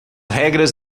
regras